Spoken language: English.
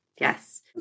Yes